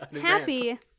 happy